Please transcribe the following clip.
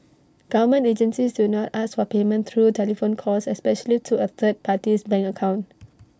government agencies do not ask for payment through telephone calls especially to A third party's bank account